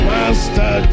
Master